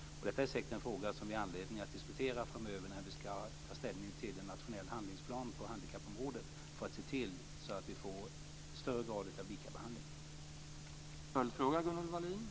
Det är säkert en fråga som vi har anledning att diskutera framöver när vi ska ta ställning till en nationell handlingsplan på handikappområdet för att se till att vi får större grad av lika behandling.